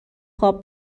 خواب